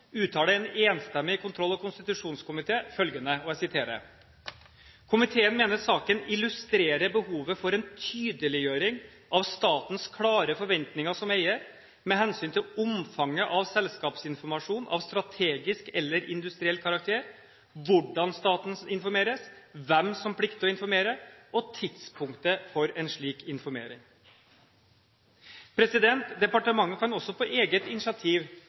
følgende: «Komiteen mener saken illustrerer behovet for en tydeliggjøring av statens klare forventninger som eier med hensyn til omfanget av selskapsinformasjon av strategisk eller industriell karakter, hvordan staten skal informeres, hvem som plikter å informere, og tidspunktet for en slik informering.» Departementet kan også på eget initiativ